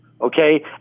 okay